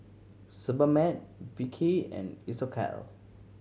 Sebamed Vichy and Isocal